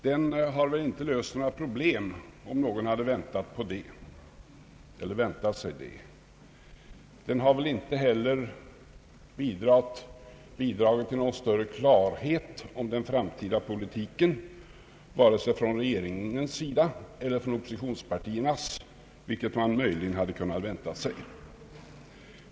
Den har väl inte löst några problem, om någon hade väntat sig det. Den har väl inte heller bidragit till någon större klarhet om den framtida politiken vare sig från regeringens sida eller från oppositionspartiernas, vilket man möjligen hade kunnat vänta sig.